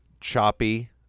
choppy